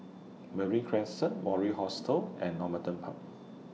Marine Crescent Mori Hostel and Normanton Park